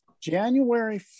January